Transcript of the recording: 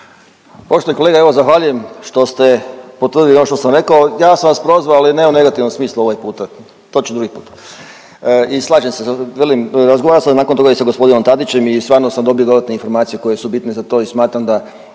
Poštovani kolega zahvaljujem što ste potvrdili ono što sam rekao. Ja sam vas prozvao, ali ne u negativnom smislu ovaj puta. To ću drugi put i slažem se. Velim razgovarao sam nakon toga i sa gospodinom Tadićem i stvarno sam dobio dodatne informacije koje su bitne za to i smatram da